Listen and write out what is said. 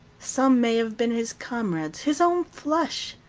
some may have been his comrades, his own flesh.